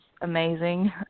amazing